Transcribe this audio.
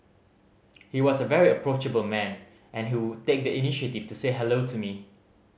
he was a very approachable man and he would take the initiative to say hello to me